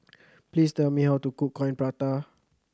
please tell me how to cook Coin Prata